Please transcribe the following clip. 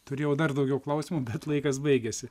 turėjau dar daugiau klausimų bet laikas baigėsi